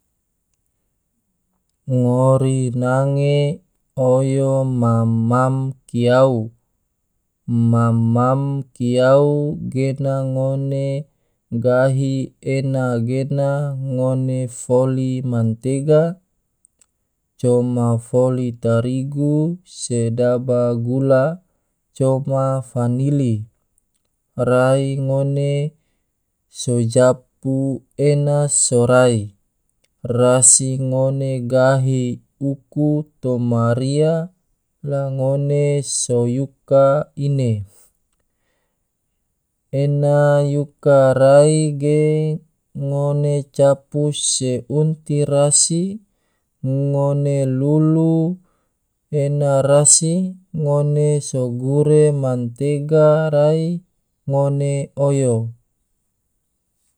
Ngori nange oyo mam-mam kiyau, mam-mam kiyau gena ngone gahi ena gena ngone foli mantega coma foli tarigu sedaba gula, coma fanili, rai ngone so japu ena sorai, rasi ngone gahi uku toma riha la ngone so yuka ine, ena yuka rai ge ngone capu se unti rasi ngone lulu ena rasi ngone so gure mantega rai ngone oyo.